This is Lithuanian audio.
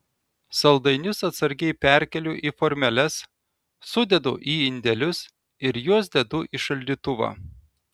saldainius atsargiai perkeliu į formeles sudedu į indelius ir juos dedu į šaldytuvą